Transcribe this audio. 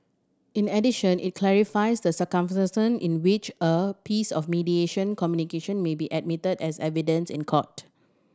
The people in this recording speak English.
in addition it clarifies the circumstance in which a piece of mediation communication may be admitted as evidence in court